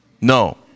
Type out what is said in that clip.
no